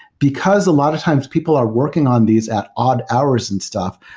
because a lot of times people are working on these at odd hours and stuff,